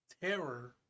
terror